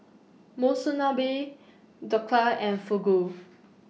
Monsunabe Dhokla and Fugu